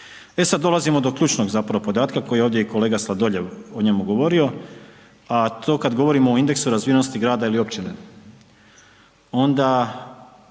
E sad dolazimo do ključnog zapravo podatka koji je ovdje i kolega Sladoljev o njemu govorio, a to kad govorimo o indeksu razvijenosti grada ili općine